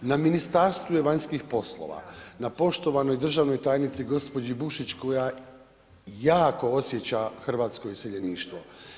Na ministarstvu je vanjskih poslova, na poštovanoj državnoj tajnici gospođi Bušić koja jako osjeća hrvatsko iseljeništvo.